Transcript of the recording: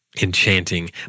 enchanting